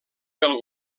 pel